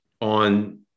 on